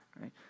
right